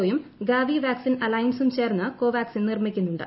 ഒയും Gavi vaccine അലൈൻസും ചേർന്ന് കോവാക്സിൻ നിർമിക്കുന്നുണ്ട്